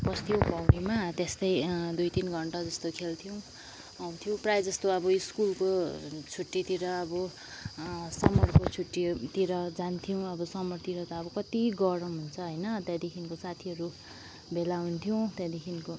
पस्थ्यौँ पौडीमा त्यस्तै दुई तिन घन्टाजस्तो खेल्थ्यौँ आउँथ्यौँ प्रायः जस्तो अब स्कुलको छुट्टीतिर अब समरको छुट्टीतिर जान्थ्यौँ अब समरतिर त अब कति गरम हुन्छ होइन त्याँदेखिको साथीहरू भेला हुन्थ्यौँ त्याँदेखिको